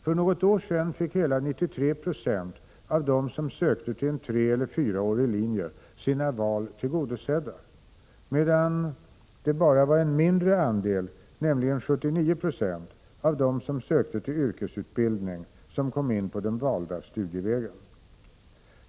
För något år sedan fick hela 93 96 av dem som sökte till en treeller fyraårig linje sina val tillgodosedda, medan det bara var en mindre andel, nämligen 79 96, av dem som sökte till en yrkesutbildning som kom in på den valda studievägen.